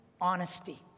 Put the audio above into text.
honesty